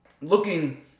looking